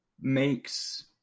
makes